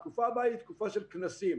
התקופה הבאה היא תקופה של כנסים.